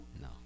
No